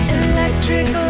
electric